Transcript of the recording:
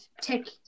tick